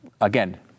again